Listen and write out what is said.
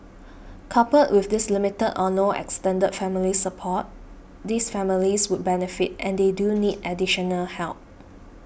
coupled with this limited or no extended family support these families would benefit and they do need additional help